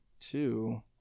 two